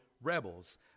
rebels